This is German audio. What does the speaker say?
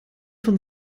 von